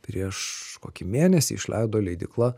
prieš kokį mėnesį išleido leidykla